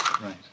right